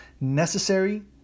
Necessary